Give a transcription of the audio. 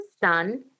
son